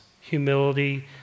humility